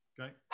okay